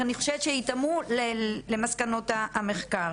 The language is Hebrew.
אני חושבת שהם יתאמו למסקנות המחקר.